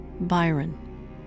Byron